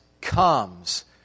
comes